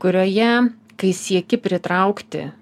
kurioje kai sieki pritraukti